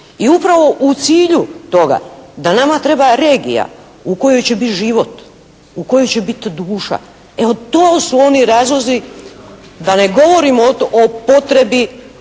I upravo u cilju toga, da nam treba regija u kojoj će bit život, u kojoj će bit duša. Evo, to su oni razlozi da ne govorim o potrebi